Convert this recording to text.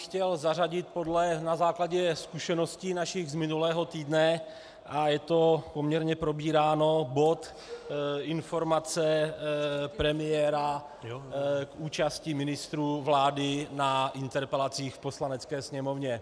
Chtěl bych zařadit na základě zkušeností našich z minulého týdne, a je to poměrně probíráno, bod Informace premiéra k účasti ministrů vlády na interpelacích v Poslanecké sněmovně.